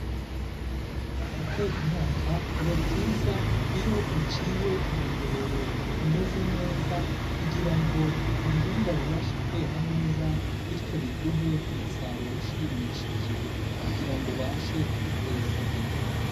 Gutera imyaka biba byiza, iyo uciye imiyoboro imeze neza, kugira ngo ibihingwa bibashe kwera neza, bityo biguhe umusaruro ushimishije, kugira ngo ubashe kwiteza imbere.